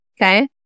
okay